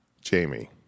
Jamie